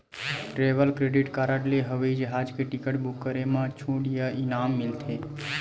travel credit card ले हवई जहाज के टिकट बूक करे म छूट या इनाम मिलथे